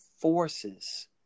forces